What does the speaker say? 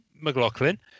mclaughlin